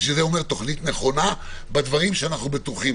שזה אומר תוכנית נכונה בדברים שאנחנו בטוחים.